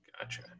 Gotcha